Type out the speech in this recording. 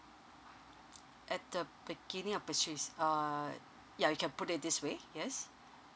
at the beginning of purchase uh ya you can put it this way yes